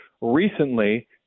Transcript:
recently